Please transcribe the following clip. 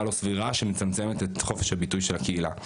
לא סבירה שמצמצת את חופש הביטוי של הקהילה.